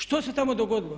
Što se tamo dogodilo?